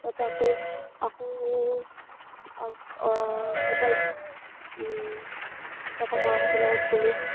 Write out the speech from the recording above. তাৰপৰা আকৌ আকৌ তাৰপৰা তাৰপৰা মাহঁতৰ লগত গ'লোঁ